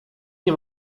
nie